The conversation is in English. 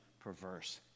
perverse